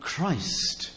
Christ